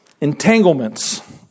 entanglements